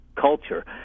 culture